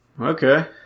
Okay